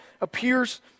appears